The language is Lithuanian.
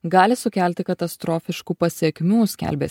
gali sukelti katastrofiškų pasekmių skelbia